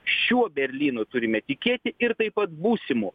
šiuo berlynu turime tikėti ir taip pat būsimu